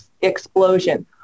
explosion